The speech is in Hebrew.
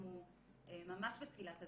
אנחנו ממש בתחילת הדרך,